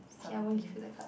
something